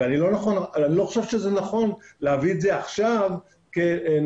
ואני לא חושב שזה נכון להביא את זה עכשיו כנושא